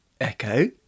Echo